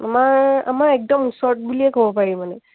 আমাৰ আমাৰ একদম ওচৰত বুলিয়ে ক'ব পাৰি মানে